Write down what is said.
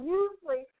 usually